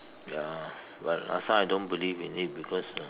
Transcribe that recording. ya but last time I don't believe in it because uh